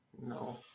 No